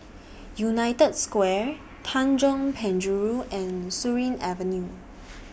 United Square Tanjong Penjuru and Surin Avenue